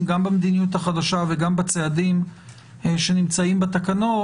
גם במדיניות החדשה וגם בצעדים שנמצאים בתקנות.